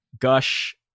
gush